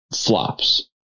flops